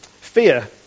Fear